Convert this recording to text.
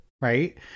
Right